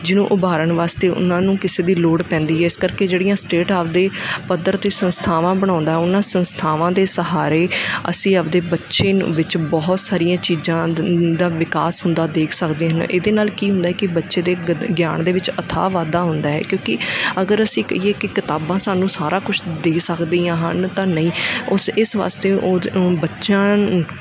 ਜਿਹਨੂੰ ਉਭਾਰਨ ਵਾਸਤੇ ਉਹਨਾਂ ਨੂੰ ਕਿਸੇ ਦੀ ਲੋੜ ਪੈਂਦੀ ਹੈ ਇਸ ਕਰਕੇ ਜਿਹੜੀਆਂ ਸਟੇਟ ਆਪਦੇ ਪੱਧਰ 'ਤੇ ਸੰਸਥਾਵਾਂ ਬਣਾਉਂਦਾ ਉਹਨਾਂ ਸੰਸਥਾਵਾਂ ਦੇ ਸਹਾਰੇ ਅਸੀਂ ਆਪਦੇ ਬੱਚੇ ਨੂੰ ਵਿੱਚ ਬਹੁਤ ਸਾਰੀਆਂ ਚੀਜ਼ਾਂ ਦਾ ਵਿਕਾਸ ਹੁੰਦਾ ਦੇਖ ਸਕਦੇ ਹਨ ਇਹਦੇ ਨਾਲ ਕੀ ਹੁੰਦਾ ਹੈ ਕਿ ਬੱਚੇ ਦੇ ਗਿਆਨ ਦੇ ਵਿੱਚ ਅਥਾਹ ਵਾਧਾ ਹੁੰਦਾ ਹੈ ਕਿਉਂਕਿ ਅਗਰ ਅਸੀਂ ਕਹੀਏ ਕਿ ਕਿਤਾਬਾਂ ਸਾਨੂੰ ਸਾਰਾ ਕੁਛ ਦੇ ਸਕਦੀਆਂ ਹਨ ਤਾਂ ਨਹੀਂ ਉਸ ਇਸ ਵਾਸਤੇ ਉਹ ਉਹ ਬੱਚਿਆਂ